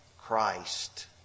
Christ